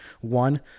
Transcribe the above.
one